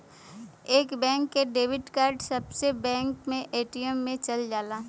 एक बैंक के debit card सब्बे बैंक के ए.टी.एम मे चल जाला